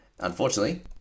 Unfortunately